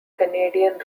canadian